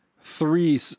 three